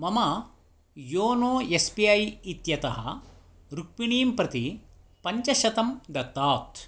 मम YONO S B I इत्यतः रुक्मिणीं प्रति पञ्चशतं दत्तात्